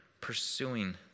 pursuing